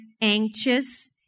anxious